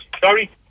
sorry